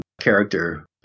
character